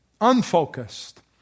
unfocused